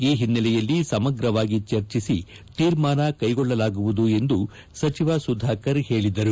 ಈ ಹಿನ್ನೆಲೆಯಲ್ಲಿ ಸಮಗ್ರವಾಗಿ ಚರ್ಜಿಸಿ ತೀರ್ಮಾನ ಕೈಗೊಳ್ಳಲಾಗುವುದು ಎಂದು ಸಚಿವ ಸುಧಾಕರ್ ಹೇಳಿದರು